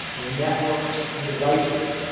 and networks, and devices.